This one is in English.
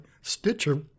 Stitcher